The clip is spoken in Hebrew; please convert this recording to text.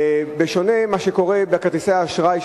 בשונה ממה שקורה בכרטיסי האשראי,